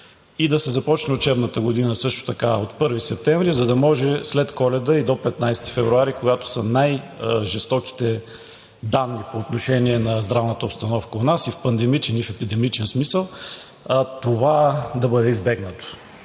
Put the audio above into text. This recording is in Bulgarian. и да се започне учебната година също така от 1 септември, за да може след Коледа и до 15 февруари, когато са най-жестоките данни по отношение на здравната обстановка у нас и в пандемичен, и в епидемичен смисъл, това да бъде избегнато?